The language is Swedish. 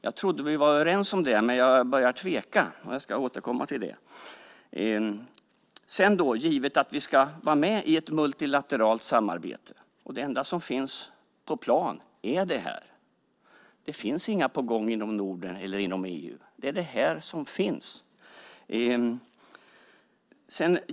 Jag trodde att vi var överens om det, men jag börjar tvivla. Jag ska återkomma till det. Givet att vi vill vara med i ett multilateralt samarbete är detta det enda som finns på planen. Det finns inget på gång inom Norden eller EU. Det är detta som finns.